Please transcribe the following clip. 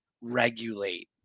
regulate